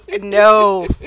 no